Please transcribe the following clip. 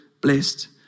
blessed